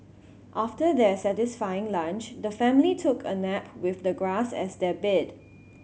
after their satisfying lunch the family took a nap with the grass as their bed